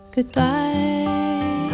Goodbye